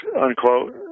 unquote